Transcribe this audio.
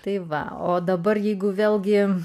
tai va o dabar jeigu vėlgi